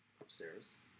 upstairs